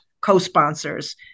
co-sponsors